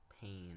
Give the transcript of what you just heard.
pain